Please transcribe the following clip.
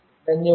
ధన్యవాదాలు